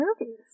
movies